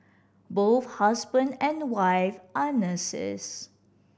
both husband and wife are nurses